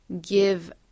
give